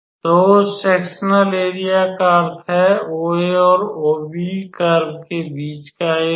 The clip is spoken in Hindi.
तो उस सेक्सनल एरिया का अर्थ है OA और OB कर्व के बीच का एरिया